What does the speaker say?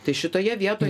tai šitoje vietoj